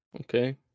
Okay